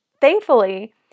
thankfully